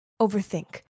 overthink